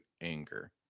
anger